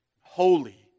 holy